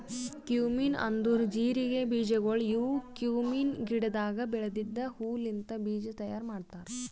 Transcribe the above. cumin ಅಂದುರ್ ಜೀರಿಗೆ ಬೀಜಗೊಳ್ ಇವು ಕ್ಯುಮೀನ್ ಗಿಡದಾಗ್ ಬೆಳೆದಿದ್ದ ಹೂ ಲಿಂತ್ ಬೀಜ ತೈಯಾರ್ ಮಾಡ್ತಾರ್